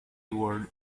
award